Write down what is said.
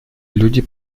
люди